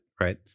Right